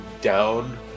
down